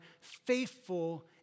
faithful